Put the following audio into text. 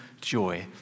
joy